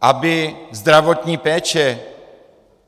Aby zdravotní péče